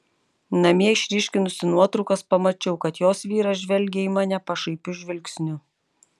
namie išryškinusi nuotraukas pamačiau kad jos vyras žvelgia į mane pašaipiu žvilgsniu